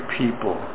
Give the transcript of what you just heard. people